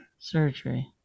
surgery